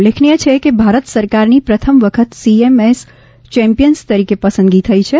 ઉલ્લેખનીય છે કે ભારત સરકારની પ્રથમ વખત સીએમએસ ચેમ્પિયન્સ તરીકે પસંદગી થઇ છે